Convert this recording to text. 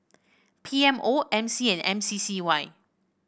P M O M C and M C C Y